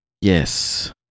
yes